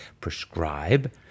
prescribe